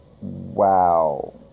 Wow